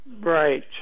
Right